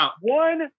one